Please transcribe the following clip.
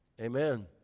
amen